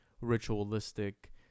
ritualistic